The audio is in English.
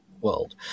world